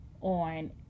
on